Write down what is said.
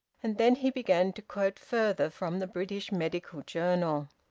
and then he began to quote further from the british medical journal.